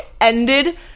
ended